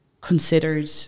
considered